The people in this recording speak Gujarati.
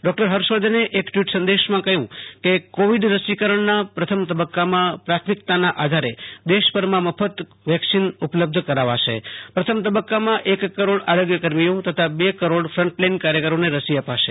ડોક્ટર ફર્ષવર્ધને એક ટિ્વટ સંદેશમાં જણાવ્યું કે કોવિડ રસીકરણના પ્રથમ તબક્કામાં પ્રાથમિકતાના આધારે દેશભરમાં મફત વેક્સિન ઉપલબ્ધ કરાવાશે પ્રથમ તબક્કમાં એક કરોડ આરોગ્યકર્મીઓ તથા બે કરોડ ફ્રન્ટલાઈન કાર્યકરોને રસી અપાશે